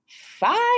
five